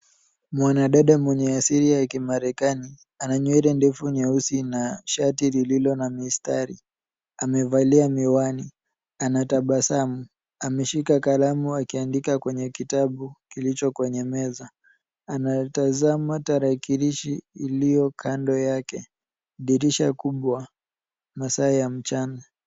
Mwanadada mwenye asili ya Kimarekani ana nywele ndefu nyeusi na shati lililo na mistari. Amevalia miwani. Anatabasamu. Ameshika kalamu akiandika kwenye kitabu kilicho kwenye meza. Anatazama tarakilishi iliyo kando yake. Dirisha kubwa. Masaa ya mchana.